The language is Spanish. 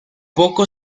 poco